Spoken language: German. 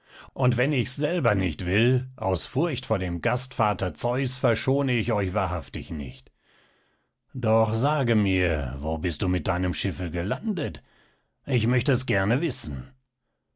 und wenn ich's selber nicht will aus furcht vor dem gastvater zeus verschone ich euch wahrhaftig nicht doch sage mir wo bist du mit deinem schiffe gelandet ich möchte es gerne wissen